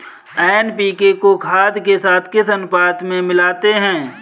NPK को खाद के साथ किस अनुपात में मिलाते हैं?